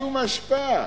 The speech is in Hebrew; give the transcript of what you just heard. שום השפעה.